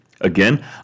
Again